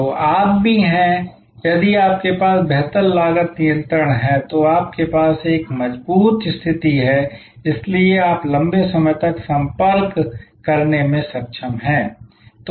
तो आप भी हैं यदि आपके पास बेहतर लागत नियंत्रण है तो आपके पास एक मजबूत स्थिति है और इसलिए आप लंबे समय तक संपर्क संपर्क करने में सक्षम हैं